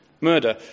murder